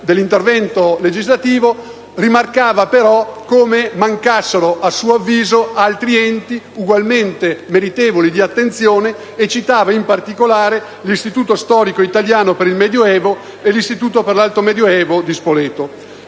dell'intervento legislativo, rimarcava però come mancassero a suo avviso altri enti ugualmente meritevoli di attenzione, e citava in particolare l'Istituto storico italiano per il medio evo e il Centro italiano di studi sull'alto medioevo di Spoleto.